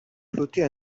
flottait